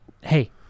Hey